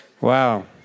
Wow